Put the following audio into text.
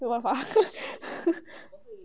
worth ah